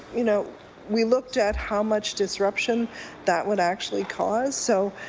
you know we looked at how much disruption that would actually cause. so